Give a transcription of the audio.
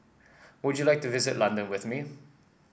would you like to visit London with me